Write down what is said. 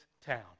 town